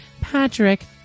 Patrick